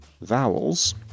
vowels